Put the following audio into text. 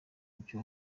ibyo